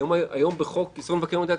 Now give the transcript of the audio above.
הרי היום בחוק יסוד: מבקר המדינה,